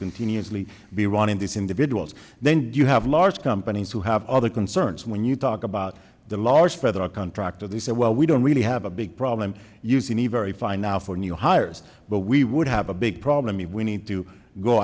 continuously be running these individuals then you have large companies who have other concerns when you talk about the large predator contractor the say well we don't really have a big problem using a very fine now for new hires but we would have a big problem if we need to go